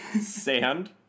Sand